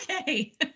Okay